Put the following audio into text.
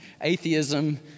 atheism